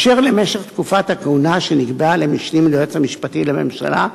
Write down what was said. אשר למשך תקופת הכהונה שנקבעה למשנים ליועץ המשפטי לממשלה,